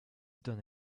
done